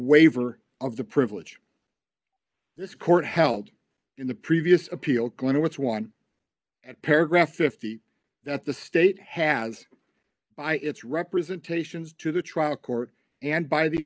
waiver of the privilege this court held in the previous appeal going to what's won at paragraph fifty that the state has by its representations to the trial court and by the